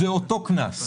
זה אותו קנס?